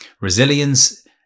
Resilience